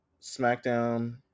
SmackDown